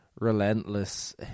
relentless